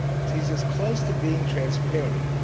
he's as close to being transparent.